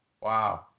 Wow